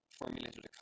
formulated